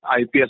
IPS